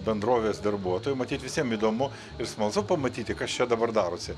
bendrovės darbuotojų matyt visiem įdomu ir smalsu pamatyti kas čia dabar darosi